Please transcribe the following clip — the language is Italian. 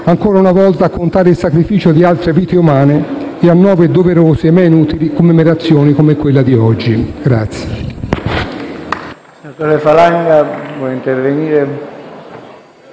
costringa a contare il sacrificio di altre vite umane e a nuove doverose ma inutili commemorazioni come quella di oggi.